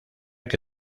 que